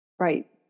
Right